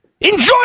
Enjoy